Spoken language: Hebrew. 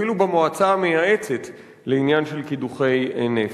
אפילו במועצה המייעצת לעניין של קידוחי נפט.